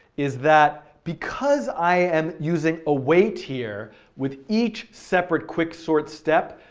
is that because i am using await here with each separate quicksort step,